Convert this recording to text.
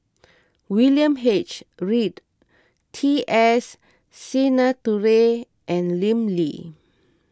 William H Read T S Sinnathuray and Lim Lee